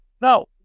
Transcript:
no